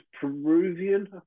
Peruvian